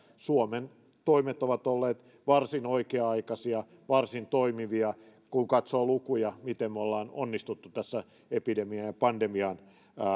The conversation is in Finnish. suomen toimet ovat olleet varsin oikea aikaisia ja toimivia kun katsoo lukuja miten me olemme onnistuneet tässä epidemian ja pandemian